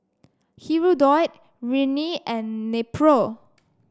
Hirudoid Rene and Nepro